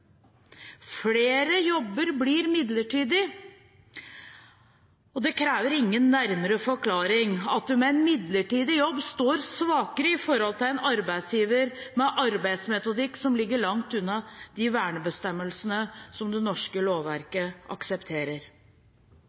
Flere jobber blir midlertidige, og det krever ingen nærmere forklaring at en med midlertidig jobb står svakere overfor en arbeidsgiver med arbeidsmetodikk som ligger langt unna de vernebestemmelsene som det norske lovverket aksepterer.